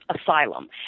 Asylum